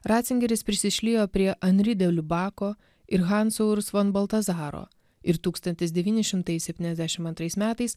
ratzingeris prisišliejo prie anridealiu bako ir hanso rus von baltazaro ir tūkstantis devyni šimtai septyniasdešimt antrais metais